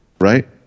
right